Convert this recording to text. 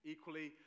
Equally